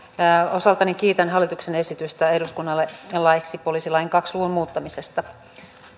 osaltani kiitän hallituksen esitystä eduskunnalle laiksi poliisilain kahden luvun muuttamisesta